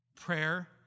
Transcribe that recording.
Prayer